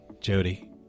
Jody